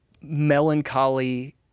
melancholy